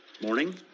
morning